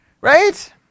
right